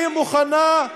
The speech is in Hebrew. אני מוכנה,